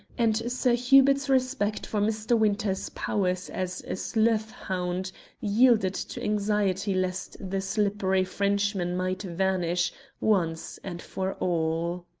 and sir hubert's respect for mr. winter's powers as a sleuth-hound yielded to anxiety lest the slippery frenchman might vanish once and for all.